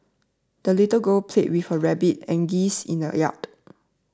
the little girl played with her rabbit and geese in the yard